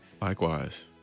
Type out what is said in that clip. Likewise